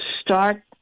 start